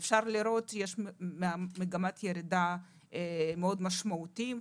אפשר לראות שיש מגמת ירידה מאוד משמעותית,